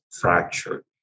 fractured